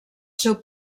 seu